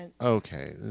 Okay